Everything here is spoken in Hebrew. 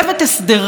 אני מצטטת,